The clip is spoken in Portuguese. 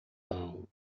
tão